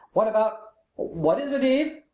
what about what is it, eve?